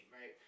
Right